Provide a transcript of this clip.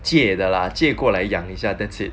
借的啦借过来养一下 that's it